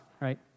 right